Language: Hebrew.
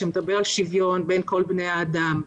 שמדבר על שוויון בין כל בני האדם.